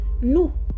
no